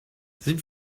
sind